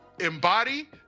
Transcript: embody